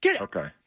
Okay